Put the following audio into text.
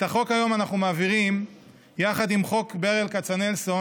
את החוק היום אנחנו מעבירים יחד עם חוק ברל כצנלסון,